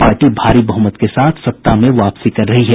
party भारी बहुमत के साथ सत्ता में वापसी कर रही है